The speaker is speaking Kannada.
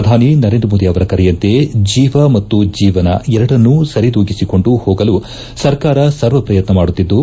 ಪ್ರಧಾನಿ ನರೇಂದ್ರ ಮೋದಿ ಅವರ ಕರೆಯಂತೆ ಜೀವ ಮತ್ತು ಜೀವನ ಎರಡನ್ನೂ ಸರಿದೂಗಿಸಿಕೊಂಡು ಹೋಗಲು ಸರ್ಕಾರ ಸರ್ವ ಪ್ರಯತ್ನ ಮಾಡುತ್ತಿದ್ದು